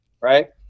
Right